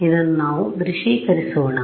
ಆದ್ದರಿಂದ ಇದನ್ನು ನಾವು ದೃಶ್ಯೀಕರಿಸೋಣ